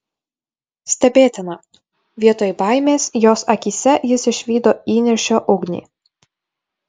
stebėtina vietoj baimės jos akyse jis išvydo įniršio ugnį